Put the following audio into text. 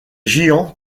giants